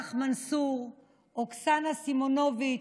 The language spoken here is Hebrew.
נג'אח מנסור, אוקסנה סימנוביץ',